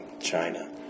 China